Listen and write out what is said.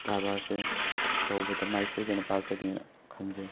ꯀꯔꯕꯥꯔꯁꯦ ꯇꯧꯕꯗ ꯃꯥꯏ ꯁꯣꯏꯗꯅ ꯄꯥꯛꯀꯅꯤꯅ ꯈꯟꯖꯩ